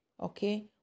Okay